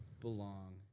belong